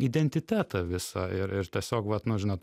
identitetą visą ir ir tiesiog vat nu žinot